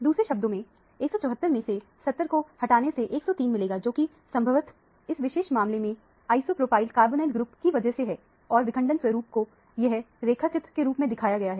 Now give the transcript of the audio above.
दूसरे शब्दों में 174 में से 70 को हटाने से 103 मिलेगा जोकि संभवतः इस विशेष मामले में आइसो प्रोपाइल कार्बोनाइल ग्रुप की वजह से है और विखंडन स्वरूप को यहां रेखाचित्र के रूप में दिखाया गया है